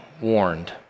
warned